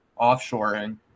offshoring